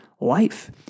life